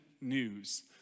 news